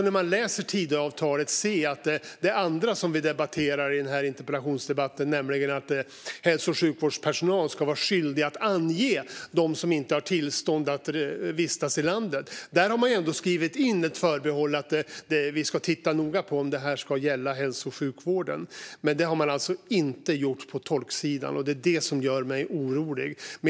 När det gäller det andra som vi debatterar i den här interpellationsdebatten, nämligen att hälso och sjukvårdspersonal ska vara skyldig att ange dem som inte har tillstånd att vistas i landet, kan vi när vi läser Tidöavtalet se att man ändå har skrivit in ett förbehåll att man ska titta noga på om det ska gälla hälso och sjukvården. Men det har man alltså inte gjort på tolksidan, och det är det som gör mig orolig.